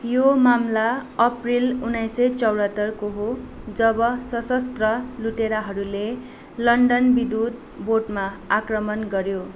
यो मामला एप्रिल उन्नाइस सय चौहत्तरको हो जब सशस्त्र लुटेराहरूले लन्डन विद्युत बोर्डमा आक्रमण गऱ्यो